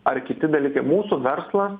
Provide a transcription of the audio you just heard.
ar kiti dalykai mūsų verslas